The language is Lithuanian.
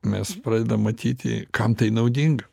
mes pradedam matyti kam tai naudinga